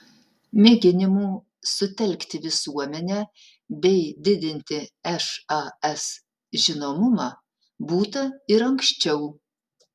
mėginimų sutelkti visuomenę bei didinti šas žinomumą būta ir anksčiau